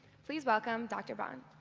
please welcome dr. bond.